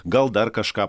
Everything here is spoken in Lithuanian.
gal dar kažką